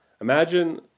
imagine